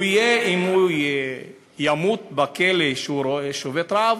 הוא ימות בכלא אם הוא שובת רעב,